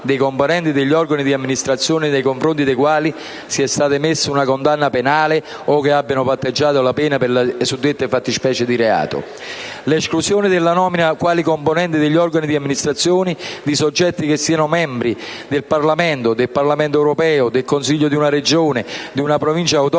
dei componenti degli organi di amministrazione nei confronti dei quali sia stata emessa una condanna penale o che abbiano patteggiato la pena per le suddette fattispecie di reato. Mi riferisco infine all'esclusione dalla nomina a componenti degli organi di amministrazione di membri del Parlamento, del Parlamento europeo, del Consiglio di una Regione e di una Provincia autonoma